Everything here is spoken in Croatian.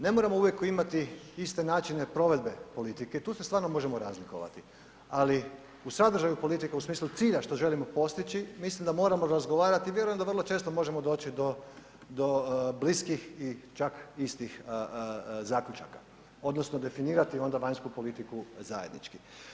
Ne moramo uvijek imati iste načine provedbe politike, tu se stvarno možemo razlikovati, ali u sadržaju politike, u smislu cilja što želimo postići, mislim da moramo razgovarati, vjerujem da vrlo često možemo doći do, do bliskih i čak istih zaključaka odnosno definirati onda vanjsku politiku zajednički.